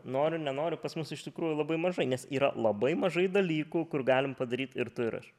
noriu nenoriu pas mus iš tikrųjų labai mažai nes yra labai mažai dalykų kur galim padaryt ir tu ir aš